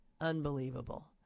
Unbelievable